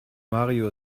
mario